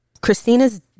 Christina's